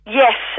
yes